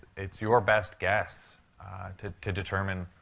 it's your best guess to to determine,